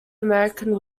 american